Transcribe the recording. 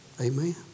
Amen